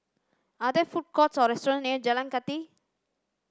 are there food courts or restaurants near Jalan Kathi